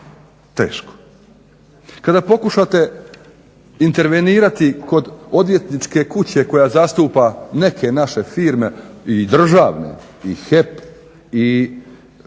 Teško. Kada pokušate intervenirati kod odvjetničke kuće koja zastupa neke naše firme i državne i HEP i